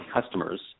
customers